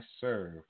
serve